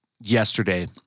yesterday